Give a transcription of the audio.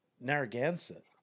Narragansett